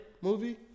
movie